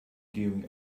clearing